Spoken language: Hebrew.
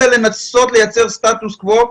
אלא לנסות לייצר סטטוס-קוו,